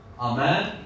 Amen